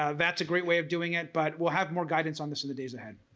ah that's a great way of doing it but we'll have more guidance on this in the days ahead.